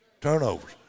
turnovers